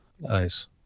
nice